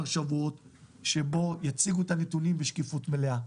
שבועות שבו יציגו את הנתונים בשקיפות מלאה,